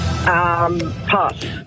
Pass